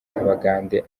abagande